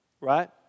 Right